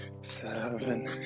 seven